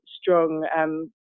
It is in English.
strong